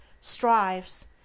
strives